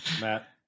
matt